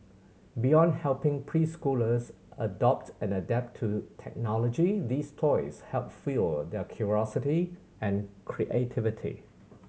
beyond helping preschoolers adopt and adapt to technology these toys help fuel their curiosity and creativity